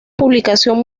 publicación